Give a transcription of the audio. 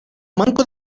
manko